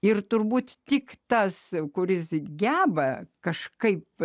ir turbūt tik tas kuris geba kažkaip